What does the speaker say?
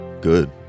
Good